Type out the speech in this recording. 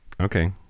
okay